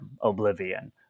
Oblivion